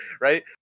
right